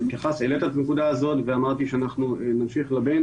העלית את הנקודה הזאת ואמרתי שאנחנו נמשיך ללבן